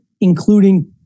including